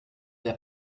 der